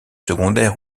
secondaires